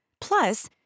Plus